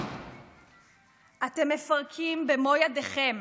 אתם מפרקים במו ידיכם